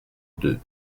deux